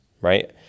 right